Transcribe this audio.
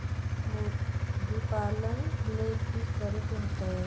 मुर्गी पालन ले कि करे के होतै?